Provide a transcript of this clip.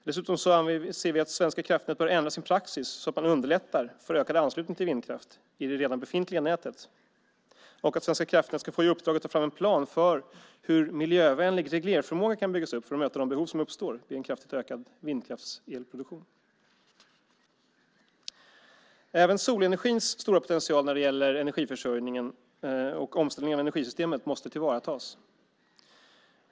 Dessutom anser vi att Affärsverket svenska kraftnät bör ändra sin praxis, så att man underlättar för ökad anslutning till vindkraft i det redan befintliga nätet och att Affärsverket svenska kraftnät ska få i uppdrag att ta fram en plan för hur miljövänlig reglerförmåga kan byggas upp för att möta de behov som uppstår i en kraftigt ökad produktion av vindkraftsel. Även solenergins stora potential när det gäller energiförsörjningen och omställningen av energisystemet måste tillvaratas.